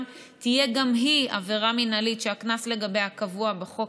תהיה גם היא עבירה מינהלית שהקנס לגביה קבוע בחוק